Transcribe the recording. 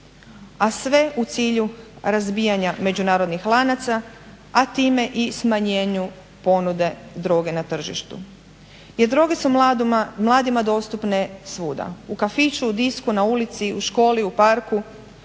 a sve u cilju razbijanja međunarodnih lanaca, a time i smanjenju ponude droge na tržištu. Jer droge su mladima dostupne svuda. U kafiću, u disku, na ulici, u školi, u parku